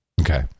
Okay